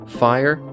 fire